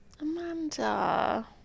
Amanda